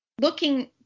looking